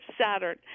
Saturn